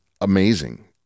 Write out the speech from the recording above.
amazing